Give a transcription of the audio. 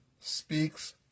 speaks